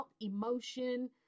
emotion